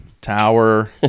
tower